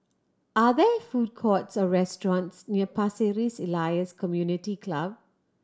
are there food courts or restaurants near Pasir Ris Elias Community Club